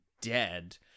dead